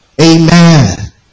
Amen